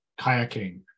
kayaking